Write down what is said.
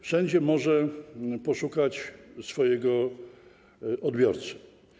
Wszędzie może poszukać swojego odbiorcy.